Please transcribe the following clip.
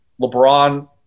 LeBron